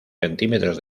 centímetros